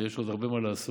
ויש עוד הרבה מה לעשות.